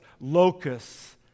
locusts